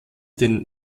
den